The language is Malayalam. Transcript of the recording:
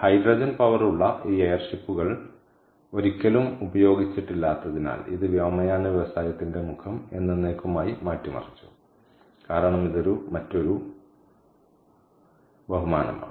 ഹൈഡ്രജൻ പവർ ഉള്ള ഈ എയർ ഷിപ്പുകൾ ഒരിക്കലും ഉപയോഗിച്ചിട്ടില്ലാത്തതിനാൽ ഇത് വ്യോമയാന വ്യവസായത്തിന്റെ മുഖം എന്നെന്നേക്കുമായി മാറ്റിമറിച്ചു കാരണം ഇത് മറ്റൊരു ബഹുമാനമാണ്